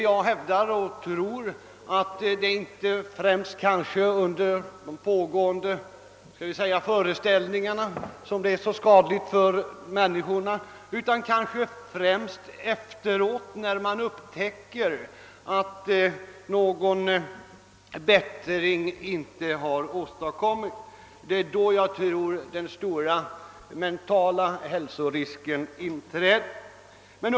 Jag tror att det inte främst är under pågående föreställningar det hela är så skadligt, utan det är efteråt, när man upptäcker att någon bättring inte har åstadkommits. Det är då den stora mentala hälsorisken inträder.